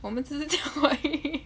我们只是讲话而已